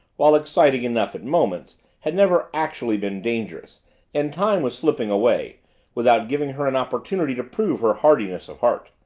while exciting enough at moments, had never actually been dangerous and time was slipping away without giving her an opportunity to prove her hardiness of heart.